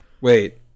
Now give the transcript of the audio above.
wait